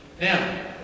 Now